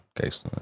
case